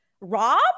Rob